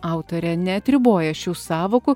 autorė neatriboja šių sąvokų